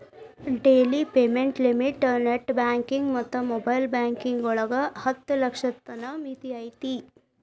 daily payment limit net banking ಮತ್ತ mobile banking ಒಳಗ ಹತ್ತ ಲಕ್ಷದ್ ತನ ಮಿತಿ ಐತಿ